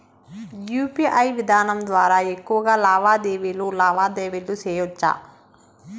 UPI విధానం ద్వారా ఎక్కువగా లావాదేవీలు లావాదేవీలు సేయొచ్చా?